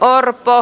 korppoo